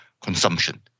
consumption